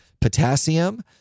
potassium